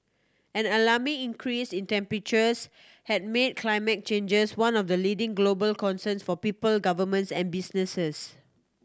an alarming increase in temperatures has made climate changes one of the leading global concerns for people governments and businesses